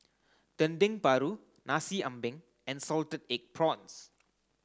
Dendeng Paru Nasi Ambeng and salted egg prawns